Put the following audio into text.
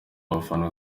abafana